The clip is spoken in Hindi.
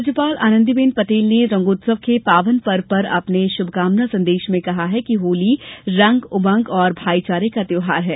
वहीं राज्यपाल आनंदीबेन पटेल ने रंगोत्सव के पावनपर्व पर अपने शुभकामना संदेश में कहा है कि होली रंग उमंग और भाईचारे का त्यौहार है